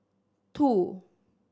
two